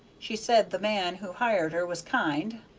she said the man who hired her was kind.